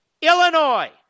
Illinois